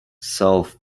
south